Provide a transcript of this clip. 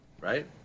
right